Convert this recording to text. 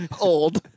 old